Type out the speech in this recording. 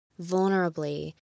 vulnerably